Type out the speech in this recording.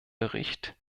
bericht